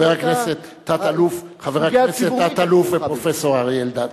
חבר הכנסת תת-אלוף ופרופסור אריה אלדד,